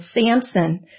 Samson